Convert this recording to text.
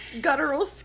guttural